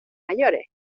mayores